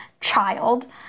child